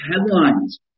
headlines